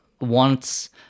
wants